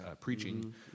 preaching